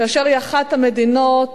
שהיא אחת המדינות